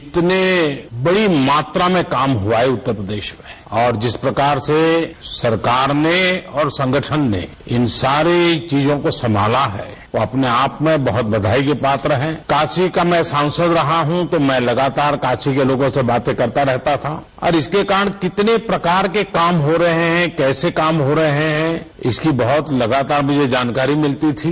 जितनी बड़ी मात्रा में काम हुआ है उत्तर प्रदेश में और जिस प्रकार से सरकार ने और संगठन ने इन सारी चीजों को संभाला है वह अपने आप में बहुत बधाई को पात्र हैं काशी का मैं सांसद रहा हूं तो मैं लगातार काशी के लोगों से बातें करता रहता था और इसके कारण कितने प्रकार के लगातार मुझे जानकारी मिलती थी